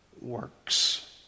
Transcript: works